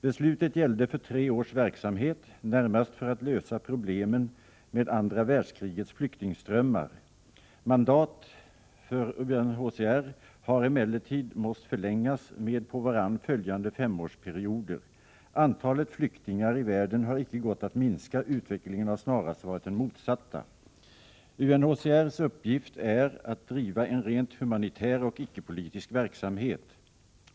Beslutet gällde för tre års verksamhet, närmast för att lösa problemen med andra världskrigets flyktingströmmar. Mandatet för UNHCR har emellertid måst förlängas med på varann följande femårsperioder. Antalet flyktingar i världen har icke gått att minska — utvecklingen har snarast varit den motsatta. UNHCR:s uppgift är att driva en rent humanitär och icke-politisk verksamhet.